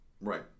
Right